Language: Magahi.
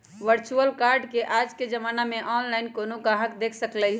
वर्चुअल कार्ड के आज के जमाना में ऑनलाइन कोनो गाहक देख सकलई ह